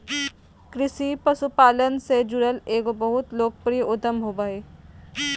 कृषि पशुपालन से जुड़ल एगो बहुत लोकप्रिय उद्यम होबो हइ